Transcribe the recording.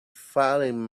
fallen